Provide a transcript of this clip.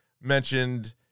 mentioned